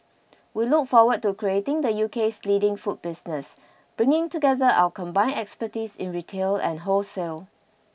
we look forward to creating the UK's leading food business bringing together our combined expertise in retail and wholesale